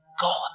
God